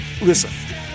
listen